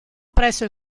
presso